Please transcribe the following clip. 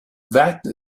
that